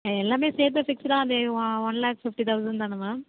எல்லாமே சேர்த்து ஃபிக்ஸ்டாக அது ஒன் லேக் ஃபிஃப்டி தெளசன் தானே மேம்